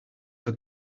for